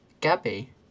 Gabby